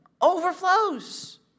Overflows